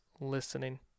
Listening